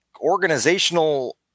organizational